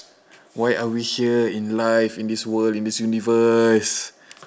why are we here in life in this world in this universe